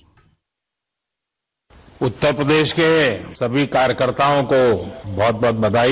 bite Uttar Pradesh के सभी कार्यकर्ताओं को बहुत बहुत बधाई